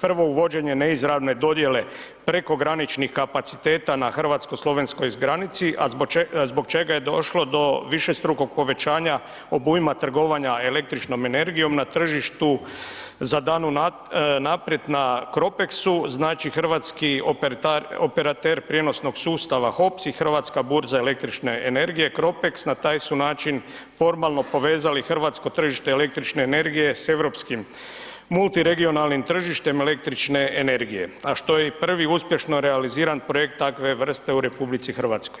prvo uvođenje neizravne dodjele prekograničnih kapaciteta na hrvatsko-slovenskoj granici, a zbog čega je došlo do višestrukog povećanja obujma trgovanja električnom energijom za tržištu za … na CROPEXU znači hrvatski operater prijenosnog sustava HOPS i Hrvatska burza električne energije Cropex na taj su način formalno povezali hrvatsko tržište električne energije se europskim multiregionalnim tržištem električne energije, a što je i prvi uspješno realiziran projekt takve vrste u RH.